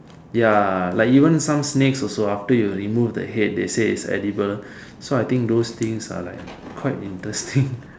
ya like even some snakes also after you remove the head they say it's edible so I think those things are also quite interesting